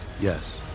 Yes